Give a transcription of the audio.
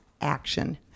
action